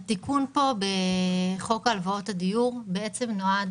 התיקון פה בחוק הלוואות הדיור בעצם נועד